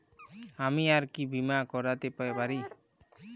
আমি আর কি বীমা করাতে পারি?